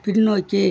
பின்னோக்கி